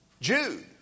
Jude